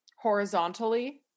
horizontally